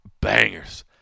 bangers